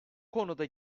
konuda